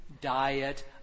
diet